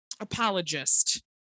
apologist